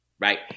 right